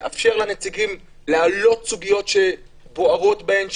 לאפשר לנציגים להעלות סוגיות שבוערות בהם,